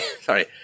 Sorry